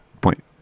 point